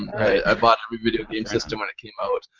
i bought every video game system when it came out.